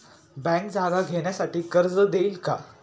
Bank जागा घेण्यासाठी कर्ज देईल का?